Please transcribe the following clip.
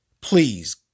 Please